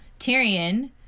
Tyrion